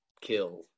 Kill